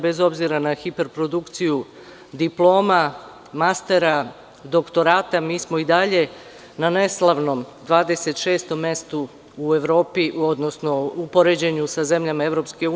Bez obzira na hiperprodukciju diploma, mastera, doktorata, mi smo i dalje na neslavnom 26. mestu u Evropi, odnosno u poređenju sa zemljama EU.